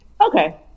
Okay